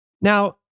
Now